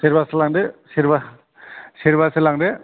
सेरबासो लांदो सेरबा सेरबासो लांदो